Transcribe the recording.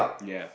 ya